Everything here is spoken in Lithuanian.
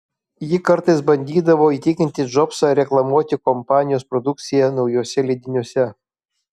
ji kartais bandydavo įtikinti džobsą reklamuoti kompanijos produkciją naujuose leidiniuose